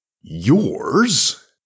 Yours